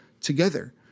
together